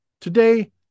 Today